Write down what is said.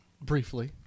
briefly